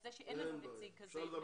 בעייתי.